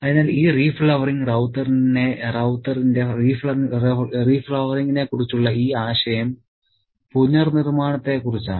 അതിനാൽ ഈ റീഫ്ലവറിങ് റൌത്തറിന്റെ റീഫ്ലവറിങ്ങിനെക്കുറിച്ചുള്ള ഈ ആശയം പുനർനിർമ്മാണത്തെക്കുറിച്ചാണ്